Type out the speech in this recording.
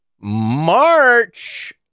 March